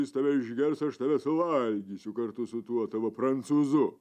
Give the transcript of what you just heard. jis tave išgers aš tave suvalgysiu kartu su tuo tavo prancūzu